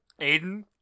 Aiden